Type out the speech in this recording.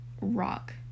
rock